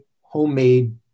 homemade